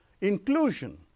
inclusion